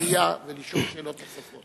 היריעה ולשאול שאלות נוספות.